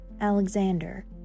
Alexander